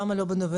למה לא בנובמבר?